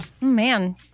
Man